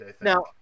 now